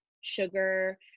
sugar